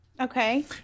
Okay